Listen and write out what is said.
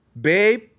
babe